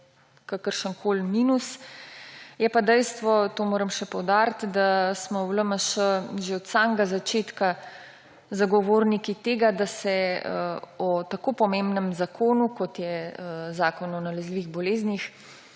kakršenkoli minus. Je pa dejstvo, to moram še poudariti, da smo v LMŠ že od samega začetka zagovorniki tega, da se o tako pomembnem zakonu, kot je zakon o nalezljivih boleznih,